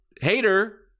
Hater